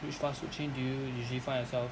which fast food chain do you usually find yourself